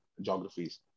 geographies